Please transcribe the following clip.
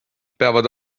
peavad